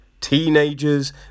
teenagers